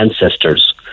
ancestors